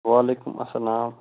وعلیکُم اَلسلام